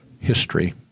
history